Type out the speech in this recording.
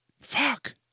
Fuck